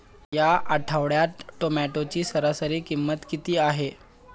या आठवड्यात टोमॅटोची सरासरी किंमत किती आहे?